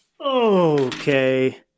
Okay